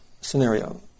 scenario